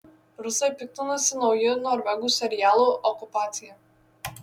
rusai piktinasi nauju norvegų serialu okupacija